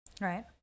Right